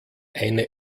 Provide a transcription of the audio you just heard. eine